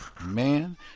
man